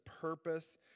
purpose